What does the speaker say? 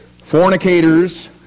fornicators